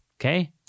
Okay